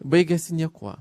baigėsi niekuo